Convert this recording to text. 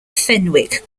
fenwick